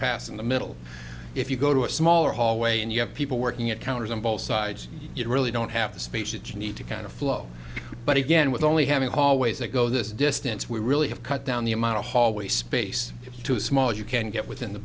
pass in the middle if you go to a smaller hallway and you have people working at counters on both sides you really don't have the space that you need to kind of flow but again with only having hallways that go this distance we really have cut down the amount of hallway space too small you can get within the